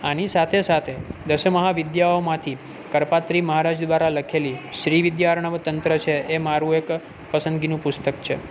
આની સાથે સાથે દસ મહાવિદ્યાઓમાંથી કરપાત્રિ મહારાજ દ્વારા લખેલી શ્રી વિદ્યારણવ તંત્ર છે એ મારું એક પસંદગીનું પુસ્તક છે